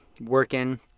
working